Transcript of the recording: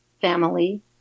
family